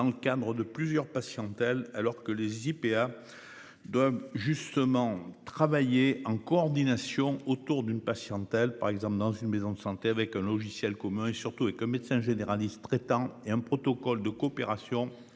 Dans le cadre de plusieurs patients-t-elle alors que les IPA. Justement travailler en coordination autour d'une patiente par exemple dans une maison de santé avec un logiciel commun et surtout avec un médecin généraliste traitant et un protocole de coopération